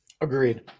Agreed